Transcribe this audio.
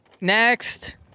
next